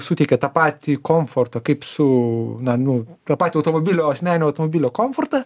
suteikia tą patį komfortą kaip su na nu tą patį automobilio asmeninio automobilio komfortą